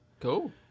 Cool